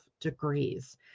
degrees